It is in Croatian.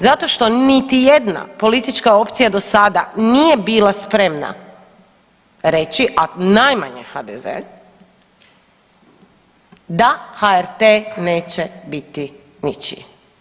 Zato što niti jedna politička opcija do sada nije bila spremna reći, a najmanje HDZ da HRT neće biti ničiji.